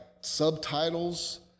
subtitles